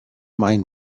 mind